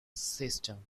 system